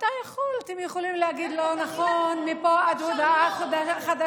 אתם יכולים להגיד "לא נכון" מפה עד הודעה חדשה.